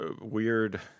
weird